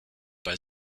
bei